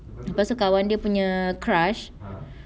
lepas tu kawan dia punya crush